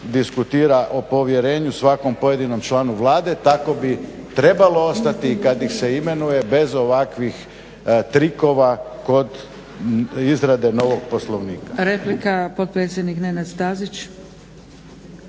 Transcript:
diskutira o povjerenju svakom pojedinom članu Vlade. Tako bi trebalo ostati i kad ih se imenuje bez ovakvih trikova kod izrade novog Poslovnika.